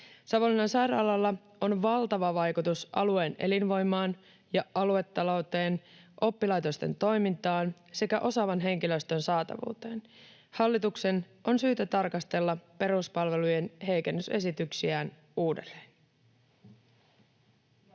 Savonlinnan sairaalalla on valtava vaikutus alueen elinvoimaan ja aluetalouteen, oppilaitosten toimintaan sekä osaavan henkilöstön saatavuuteen. Hallituksen on syytä tarkastella peruspalvelujen heikennysesityksiään uudelleen. [Vesa